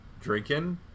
drinking